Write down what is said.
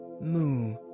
Moo